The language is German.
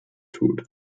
tut